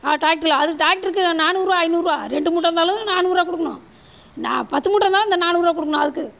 ட்ராக்ட்ரில் அதுக்கு ட்ராக்ட்ருக்கு நானூறுரூவா ஐந்நூறுரூவா ரெண்டு மூட்டை இருந்தாலும் நானூறுரூவா கொடுக்கணும் நா பத்து மூட்டை இருந்தாலும் இந்த நானூறுரூவா கொடுக்கணும் அதுக்கு